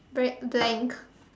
bread blank